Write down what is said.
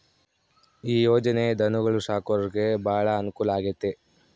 ಈ ಯೊಜನೆ ಧನುಗೊಳು ಸಾಕೊರಿಗೆ ಬಾಳ ಅನುಕೂಲ ಆಗ್ಯತೆ